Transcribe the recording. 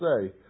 say